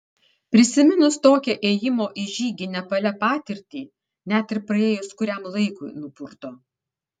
prisiminus tokią ėjimo į žygį nepale patirtį net ir praėjus kuriam laikui nupurto